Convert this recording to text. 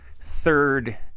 third